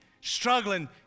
struggling